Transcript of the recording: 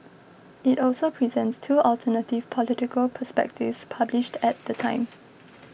it also presents two alternative political perspectives published at the time